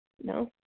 No